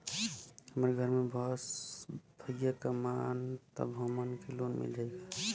हमरे घर में बस भईया कमान तब हमहन के लोन मिल जाई का?